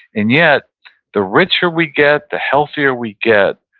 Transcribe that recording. and yet the richer we get, the healthier we get,